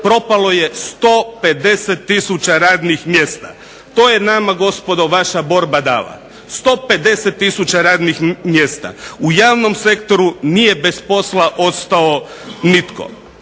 propalo je 150 tisuća radnih mjesta. To je nama gospodo vaša borba dala. 150 tisuća radnih mjesta u javnom sektoru, nije bez posla ostao nitko.